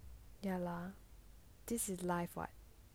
ya lah this is life [what]